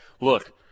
look